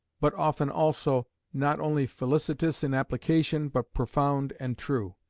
but often also not only felicitous in application but profound and true.